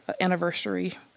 anniversary